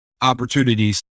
opportunities